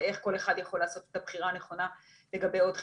ואיך כל אחד יכול לעשות את הבחירה הנכונה לגבי עוד חיסונים.